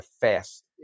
fast